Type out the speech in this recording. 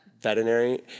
veterinary